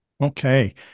Okay